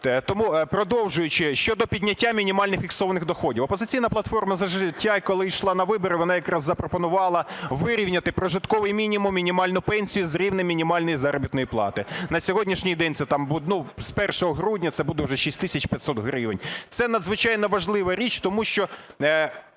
Тому продовжуючи. Щодо підняття мінімальних фіксованих доходів. "Опозиційна платформа – За життя", коли йшла на вибори, вона якраз запропонувала вирівняти прожитковий мінімум, мінімальну пенсію з рівнем мінімальної заробітної плати. На сьогоднішній день це там буде… з 1 грудня це буде вже 6 тисяч 500 гривень. Це надзвичайно важлива річ, тому що